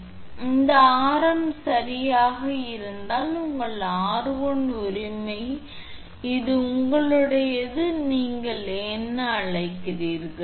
எனவே இந்த ஆரம் சரியாக இருந்தால் இது உங்கள் 𝑟1 உரிமை இது உங்களுடையது நீங்கள் என்ன அழைக்கிறீர்கள்